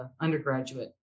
undergraduate